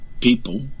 people